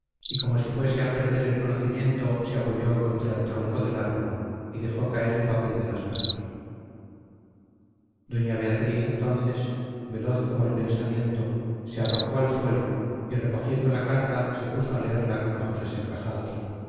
y como si fuese a perder el conocimiento se apoyó contra el tronco del árbol y dejó caer el papel de las manos doña beatriz entonces veloz como el pensamiento se arrojó al suelo y recogiendo la carta se puso a leerla con ojos desencajados